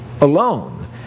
alone